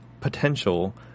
potential